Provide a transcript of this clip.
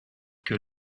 que